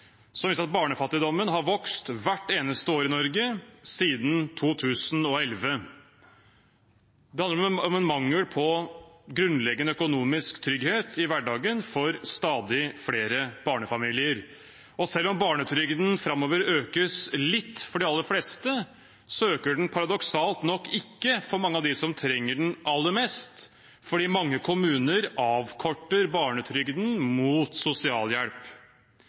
som viste at barnefattigdommen har vokst hvert eneste år i Norge siden 2011. Det handler om en mangel på grunnleggende økonomisk trygghet i hverdagen for stadig flere barnefamilier. Og selv om barnetrygden framover økes litt for de aller fleste, øker den paradoksalt nok ikke for mange av dem som trenger den aller mest, fordi mange kommuner avkorter barnetrygden mot sosialhjelp.